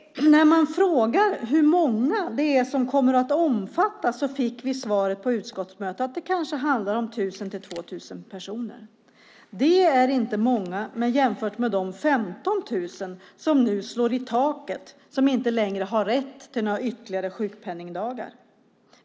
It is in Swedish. När man frågar hur många det är som kommer att omfattas fick vi svaret på utskottsmötet att det kanske handlar om 1 000-2 000 personer. Det är inte många jämfört med de 15 000 som nu slår i taket och inte längre har rätt till några ytterligare sjukpenningdagar.